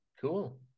Cool